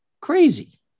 Crazy